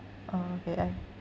okay eye